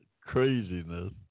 craziness